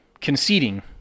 conceding